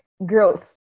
growth